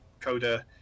coder